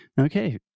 Okay